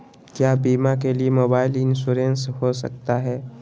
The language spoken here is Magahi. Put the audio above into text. क्या बीमा के लिए मोबाइल इंश्योरेंस हो सकता है?